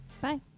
bye